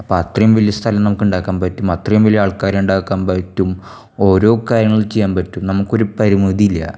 അപ്പോൾ അത്രയും വലിയ സ്ഥലം നമുക്കിണ്ടാക്കാൻ പറ്റും അത്രയും വലിയ ആൾക്കാരെ ഉണ്ടാക്കാൻ പറ്റും ഓരോ കാര്യങ്ങൾ ചെയ്യാൻ പറ്റും നമുക്കൊരു പരിമിതിയില്ല